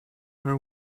her